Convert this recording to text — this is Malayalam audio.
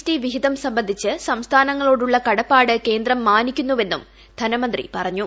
ടി വിഹിതം സംബന്ധിച്ച് സംസ്ഥാനങ്ങളോടുള്ള കടപ്പാട് കേന്ദ്രം മാനിക്കുന്നുവെന്നും ധനമന്ത്രി പറഞ്ഞു